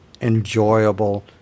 enjoyable